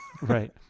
Right